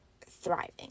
thriving